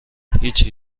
هیچی